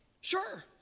Sure